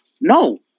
No